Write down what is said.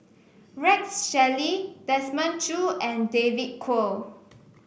Rex Shelley Desmond Choo and David Kwo